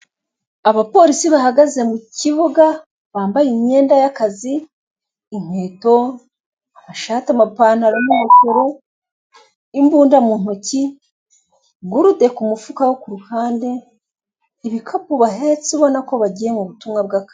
Abapolisi bahagaze mu kibuga bambaye imyenda y'akazi, inkweto amashati, amapantalo n'ingofero, imbunda mu ntoki, gurude ku mufuka wo kuruhande ibikapu bahetse ubona ko bagiye mu butumwa bw'akazi.